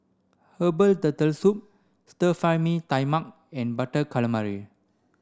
herbal turtle soup Stir Fry Mee Tai Mak and butter calamari